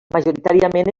majoritàriament